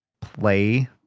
play